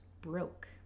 broke